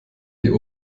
die